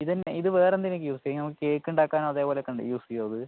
ഇതെന്നാൽ ഇത് വേറെന്തിനൊക്കെ യൂസ് ചെയ്യും നമുക്ക് കേക്കുണ്ടാക്കാനും അതേപോലൊക്കെയുണ്ടേൽ യൂസ് ചെയ്യുവോ അത്